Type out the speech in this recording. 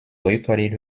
boycotted